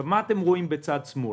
מה אתם רואים בצד שמאל?